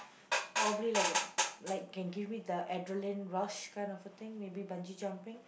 probably like a like can give me the adrenaline rush kind of a thing maybe bungee jumping